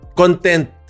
content